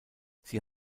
sie